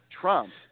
Trump